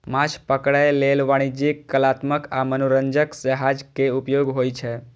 माछ पकड़ै लेल वाणिज्यिक, कलात्मक आ मनोरंजक जहाज के उपयोग होइ छै